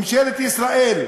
ממשלת ישראל,